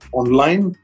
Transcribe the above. online